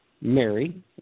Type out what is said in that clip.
Mary